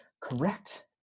Correct